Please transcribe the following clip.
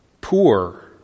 poor